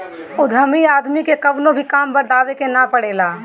उद्यमी आदमी के कवनो भी काम बतावे के ना पड़ेला